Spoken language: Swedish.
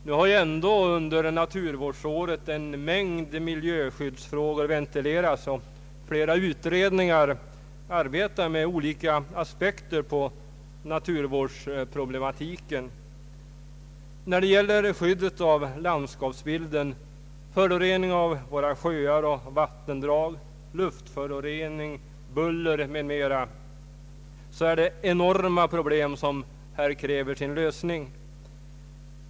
Nu har ändå under naturvårdsåret en mängd miljöskyddsfrågor ventilerats, och flera utredningar arbetar med olika aspekter på naturvårdsproblemen. Skyddet av landskapsbilden, föroreningen av våra sjöar och vattendrag, luftföroreningen, bullret m.m. innebär enorma problem som kräver sin lösning.